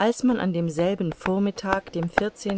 als man an demselben vormittag dem